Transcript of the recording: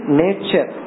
nature